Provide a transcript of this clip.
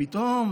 פתאום